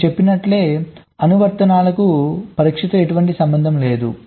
నేను చెప్పినట్లే అనువర్తనాలుకు పరీక్షతో ఎటువంటి సంబంధం లేదు